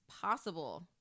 possible